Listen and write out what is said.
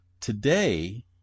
Today